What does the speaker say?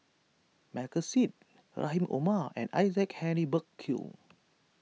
Michael Seet Rahim Omar and Isaac Henry Burkill